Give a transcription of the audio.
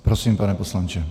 Prosím, pane poslanče.